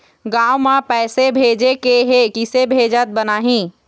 गांव म पैसे भेजेके हे, किसे भेजत बनाहि?